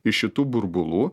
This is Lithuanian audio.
iš šitų burbulų